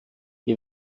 wir